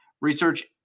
Research